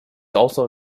also